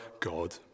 God